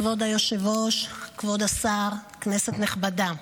כבוד היושב-ראש, כבוד השר, כנסת נכבדה,